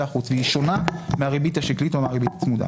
חוץ והיא שונה מהריבית השקלית או מהריבית הצמודה.